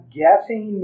guessing